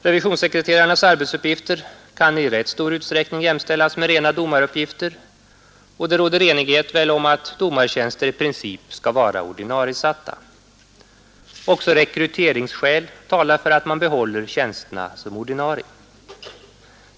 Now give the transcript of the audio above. Revisionssekreterarnas 163 arbetsuppgifter kan i rätt stor utsträckning jämställas med rena domaruppgifter, och det råder väl enighet om att domartjänster i princip skall vara ordinariesatta. Också rekryteringsskäl talar för att man behåller tjänsterna som ordinarie.